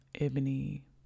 Ebony